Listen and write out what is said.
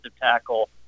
tackle